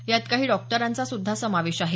यात काही डॉक्टरांचा सुद्धा समावेश आहे